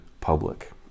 public